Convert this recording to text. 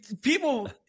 people